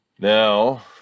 Now